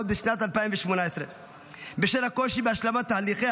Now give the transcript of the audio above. עוד בשנת 2018. בשל הקושי בהשלמת תהליכי